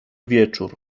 wieczór